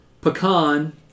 pecan